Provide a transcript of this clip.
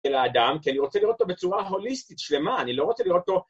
לאדם כי אני רוצה לראות אותו בצורה הוליסטית שלמה, אני לא רוצה לראות אותו